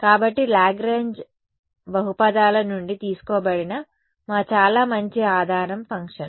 కాబట్టి లాగ్రాంజ్ బహుపదాల నుండి తీసుకోబడిన మా చాలా మంచి ఆధారం ఫంక్షన్